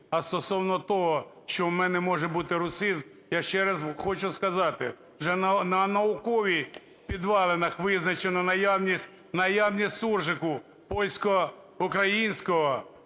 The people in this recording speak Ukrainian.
А стосовно того, що в мене може бути русизм, я ще раз хочу сказати, вже на наукових підвалинах визначено наявність суржику польсько-українського